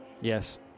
Yes